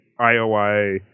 IOI